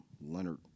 Leonard